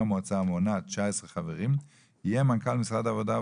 המועצה המונה 19 חברים יהיה מנכ"ל משרד העבודה,